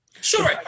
Sure